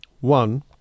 One